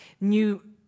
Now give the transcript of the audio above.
New